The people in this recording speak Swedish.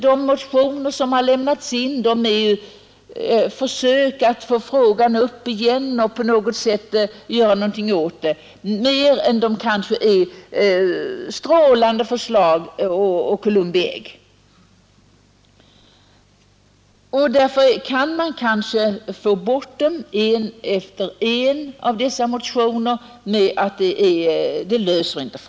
De motioner som har avgivits är snarare försök att ta upp frågan igen och få någonting gjort än att de är strålande förslag och Columbi ägg. Därför kan utskottet också avfärda dem en efter en med att förslaget inte löser problemet.